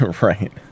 right